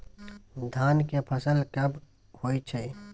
धान के फसल कब होय छै?